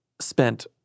spent